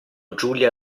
giulia